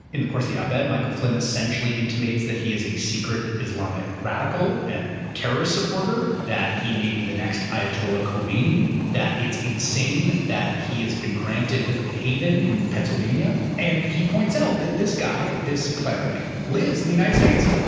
in the course of the op-ed, michael flynn essentially intimates that he is a secret islamic radical and terrorist supporter, that he may be the next ayatollah khomeini, that it's insane that he has been granted haven in pennsylvania. and he points out that this guy, this cleric, lives in the united states,